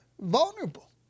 vulnerable